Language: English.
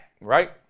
right